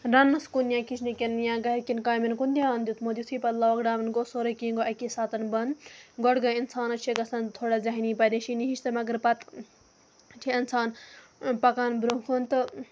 رَننَس کُن یا کِچنہٕ کٮ۪ن یا گَرِ کٮ۪ن کامٮ۪ن کُن دھیان دیُتمُت یُتھُے پَتہٕ لاکڈاوُن گوٚو سورُے کینٛہہ گوٚو اَکے ساتہٕ بَنٛد گۄڈٕ گٔے اِنسانَس چھِ گژھان تھوڑا ذہنی پریشٲنی ہِش تہٕ مگر پَتہٕ چھِ اِنسان پَکان بروںٛہہ کُن تہٕ